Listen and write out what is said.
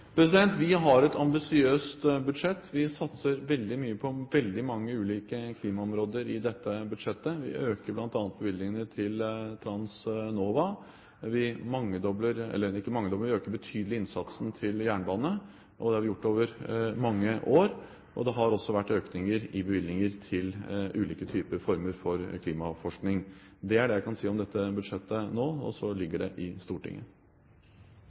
Vi har et ambisiøst budsjett. Vi satser veldig mye på veldig mange ulike klimaområder i dette budsjettet. Vi øker bl.a. bevilgningene til Transnova. Vi øker betydelig innsatsen til jernbane. Det har vi gjort over mange år. Det har også vært økninger i bevilgninger til ulike former for klimaforskning. Det er det jeg kan si om dette budsjettet nå – nå ligger det i Stortinget.